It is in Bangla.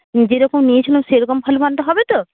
যে রকম নিয়েছিলাম সে রকম ভালো মানটা হবে তো